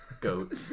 Goat